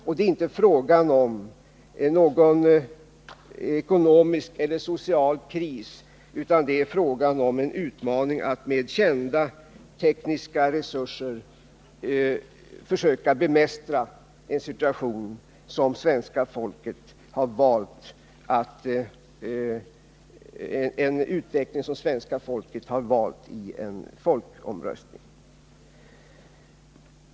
Det är inte fråga om någon ekonomisk eller social kris, utan det är fråga om en utmaning: att med kända tekniska resurser försöka bemästra en utveckling som svenska folket har valt i en folkomröstning.